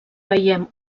veiem